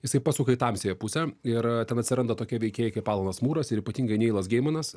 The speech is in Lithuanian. jisai pasuka į tamsiąją pusę ir ten atsiranda tokie veikėjai kaip alanas mūras ir ypatingai neilas geimanas